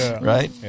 Right